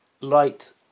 light